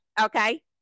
okay